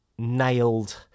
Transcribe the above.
nailed